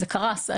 זה קרס.